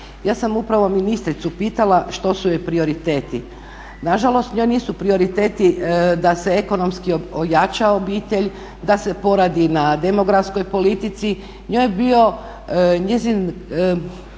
Ja sam upravo ministricu pitala što su joj prioriteti, nažalost njoj nisu prioriteti da se ekonomski ojača obitelj, da se poradi na demografskoj politici, njezin